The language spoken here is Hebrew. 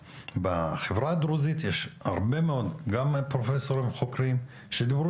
בחברה הדרוזית יש הרבה מאוד פרופסורים וגם חוקרים שדיברו